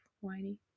whiny